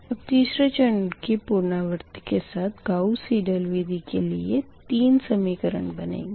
अब तीसरे चरण की पुनरावर्ती के साथ गाउस सीडल विधी के लिए तीन समीकरण बनेंगी